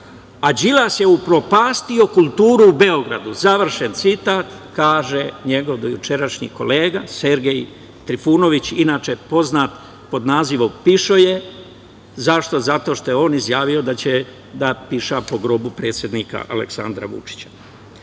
a Đilas je upropastio kulturu u Beograd, završen citat, kaže njegov dojučerašnji kolega Sergej Trifunović, inače poznat pod nazivom pišoje. Zašto? Zato što je on izjavio da će da piša po grobu predsednika Aleksandra Vučića. Da